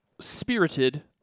spirited